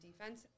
defense